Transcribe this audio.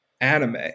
anime